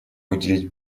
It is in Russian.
уделить